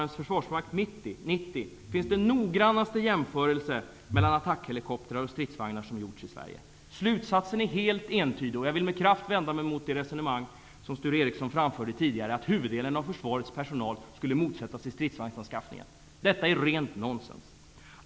90 finns den noggrannaste jämförelse mellan attackhelikoptrar och stridsvagnar som gjorts i Sverige. Slutsatsen är helt entydig. Jag vill med kraft vända mig mot det resonemang som Sture Ericson framförde tidigare att huvuddelen av försvarets personal skulle motsätta sig stridsvagnsanskaffningen. Detta är rent nonsens.